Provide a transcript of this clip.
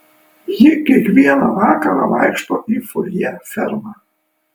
ji kiekvieną vakarą vaikšto į furjė fermą